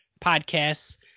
podcasts